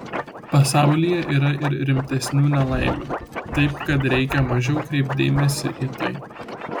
pasaulyje yra ir rimtesnių nelaimių taip kad reikia mažiau kreipt dėmesį į tai